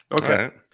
okay